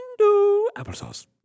applesauce